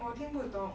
我听不懂